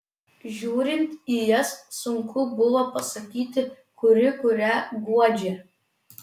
žiūrint į jas sunku buvo pasakyti kuri kurią guodžia